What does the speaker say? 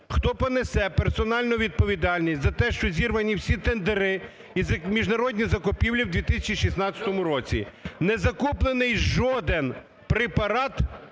хто понесе персональну відповідальність за те, що зірвані всі тендери і міжнародні закупівлі у 2016 році? Не закуплений жоден препарат,